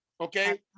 Okay